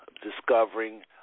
discovering